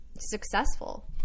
successful